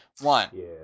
One